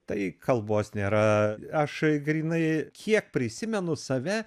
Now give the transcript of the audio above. tai kalbos nėra aš grynai kiek prisimenu save